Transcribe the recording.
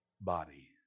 body